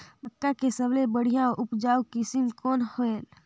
मक्का के सबले बढ़िया उपजाऊ किसम कौन हवय?